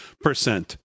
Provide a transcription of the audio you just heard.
percent